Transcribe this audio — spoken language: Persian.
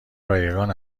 رایگان